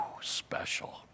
special